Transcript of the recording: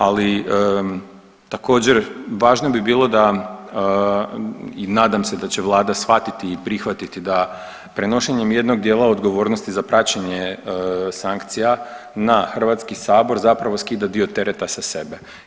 Ali također važno bi bilo da i nadam se da će vlada shvatiti i prihvatiti da prenošenjem jednog dijela odgovornosti za praćenje sankcija na HS zapravo skida dio tereta sa sebe.